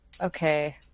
Okay